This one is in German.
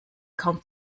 kaum